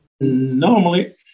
Normally